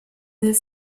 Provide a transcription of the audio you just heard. del